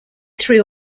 three